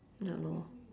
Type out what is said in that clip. ya lor